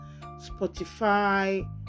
Spotify